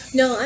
no